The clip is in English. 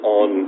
on